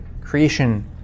Creation